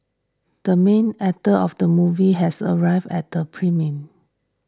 the main actor of the movie has arrived at the premiere